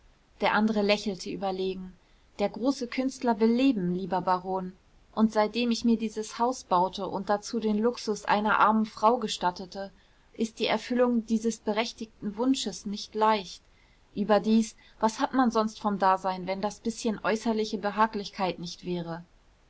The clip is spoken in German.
der andere lächelte überlegen der große künstler will leben lieber baron und seitdem ich mir dies haus baute und dazu den luxus einer armen frau gestattete ist die erfüllung dieses berechtigten wunsches nicht leicht überdies was hat man sonst vom dasein wenn das bißchen äußerliche behaglichkeit nicht wäre